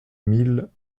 mille